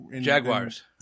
Jaguars